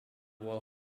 wall